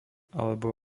alebo